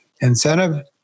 incentive